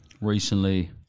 Recently